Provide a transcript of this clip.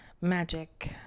magic